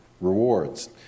Rewards